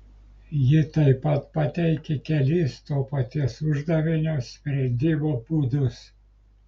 ji taip pat pateikė kelis to paties uždavinio sprendimo būdus